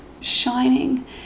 shining